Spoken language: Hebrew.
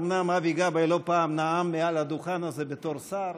אומנם אבי גבאי נאם לא פעם מעל הדוכן הזה בתור שר,